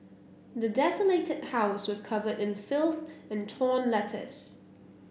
the desolated house was covered in filth and torn letters